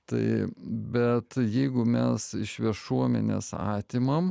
tai bet jeigu mes iš viešuomenės atimam